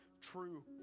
true